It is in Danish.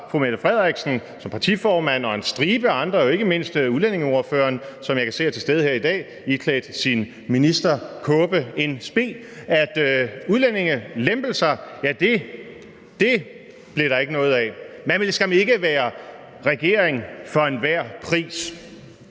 fru Mette Frederiksen som partiformand og fra en stribe andre, ikke mindst udlændingeordføreren, som jeg kan se er til stede her i dag iklædt sin ministerkåbe in spe – at udlændingelempelser blev der ikke noget af. Man ville skam ikke være regering for enhver pris.